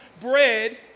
bread